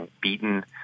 beaten